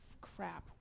Crap